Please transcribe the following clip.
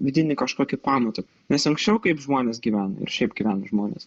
vidinį kažkokį pamatą nes anksčiau kaip žmonės gyveno ir šiaip gyvena žmonės